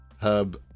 hub